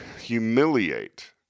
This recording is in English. humiliate